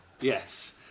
yes